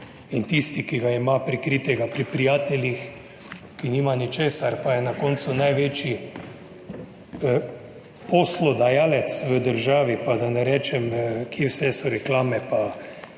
in tisti, ki ga ima prikritega pri prijateljih, ki nima ničesar, pa je na koncu največji poslodajalec v državi, pa da ne rečem, kje vse so reklame pa